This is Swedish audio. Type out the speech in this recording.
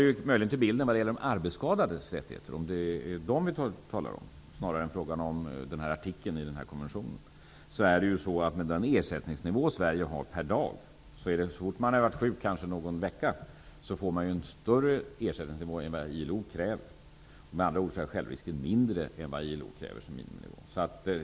Om vi skall diskutera de arbetsskadades rättigheter snarare än den här artikeln i konventionen, får man med den ersättningsnivå som Sverige har per dag, så fort man har varit sjuk någon vecka, större ersättningsnivå än vad ILO kräver. Med andra ord är självrisken mindre än vad ILO kräver som miniminivå.